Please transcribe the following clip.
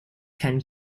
ten